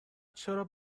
چرا